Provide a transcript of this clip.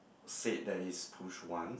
said that it's pushed once